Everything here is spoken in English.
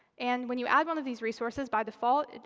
and when you add one of these resources, by default,